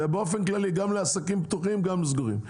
באופן כללי, גם לעסקים פתוחים וגם לסגורים.